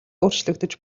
өөрчлөгдөж